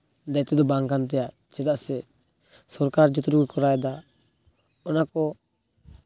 ᱫᱟᱭᱤᱛᱛᱚ ᱫᱚ ᱵᱟᱝ ᱠᱟᱱ ᱛᱟᱭᱟ ᱪᱮᱫᱟᱜ ᱥᱮ ᱥᱚᱨᱠᱟᱨ ᱡᱚᱛᱚᱴᱩᱠᱩᱭ ᱠᱚᱨᱟᱣᱮᱫᱟ ᱚᱱᱟᱠᱚ